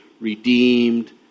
redeemed